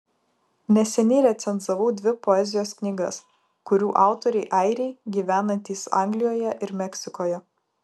neseniai recenzavau dvi poezijos knygas kurių autoriai airiai gyvenantys anglijoje ir meksikoje